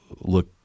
look